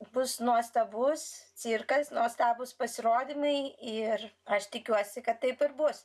bus nuostabus cirkas nuostabūs pasirodymai ir aš tikiuosi kad taip ir bus